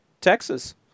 Texas